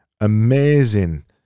amazing